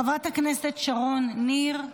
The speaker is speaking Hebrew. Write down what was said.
חברת הכנסת שרון ניר,